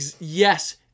Yes